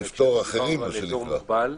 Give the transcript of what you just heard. באזור מוגבל.